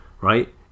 right